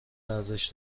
ارزش